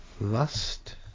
Lust